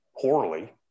poorly